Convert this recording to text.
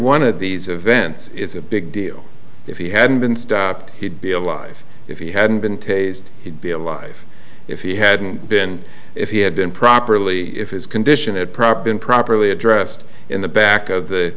one of these events is a big deal if he hadn't been stopped he'd be alive if he hadn't been tasered he'd be alive if he hadn't been if he had been properly if his condition had proper been properly addressed in the back